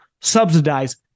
subsidize